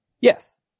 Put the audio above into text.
Yes